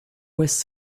was